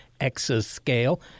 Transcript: exascale